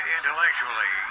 Intellectually